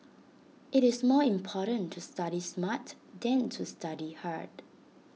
IT is more important to study smart than to study hard